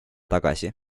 tagasi